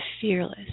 fearless